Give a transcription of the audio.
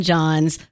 John's